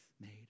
made